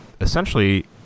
essentially